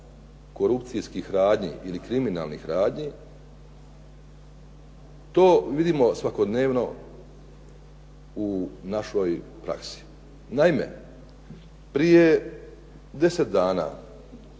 korupcijskih radnji ili kriminalnih radnji, to vidimo svakodnevno u našoj praksi. Naime, prije 10 dana